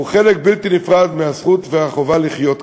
הוא חלק בלתי נפרד מהזכות ומהחובה לחיות כאן.